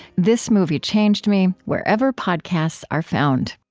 this movie changed me wherever podcasts are found